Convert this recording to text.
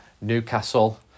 Newcastle